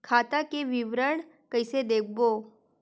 खाता के विवरण कइसे देखबो?